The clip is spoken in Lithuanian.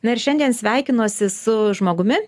na ir šiandien sveikinuosi su žmogumi